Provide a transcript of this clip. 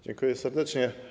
Dziękuję serdecznie.